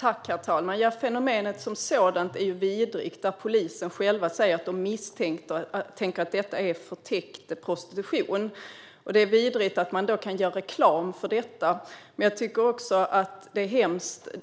Herr talman! Fenomenet som sådant är vidrigt. Polisen själv säger att man misstänker att detta är förtäckt prostitution. Det är vidrigt att man kan göra reklam för detta, men jag tycker också att